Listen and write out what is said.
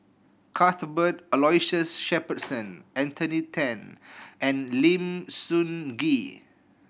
Cuthbert Aloysius Shepherdson Anthony Ten and Lim Sun Gee